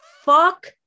fuck